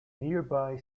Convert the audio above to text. nearby